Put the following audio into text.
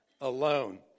alone